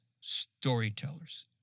storytellers